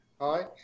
Hi